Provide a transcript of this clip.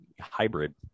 hybrid